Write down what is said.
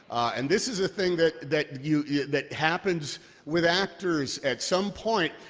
and this is a thing that that you that happens with actors at some point.